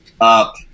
up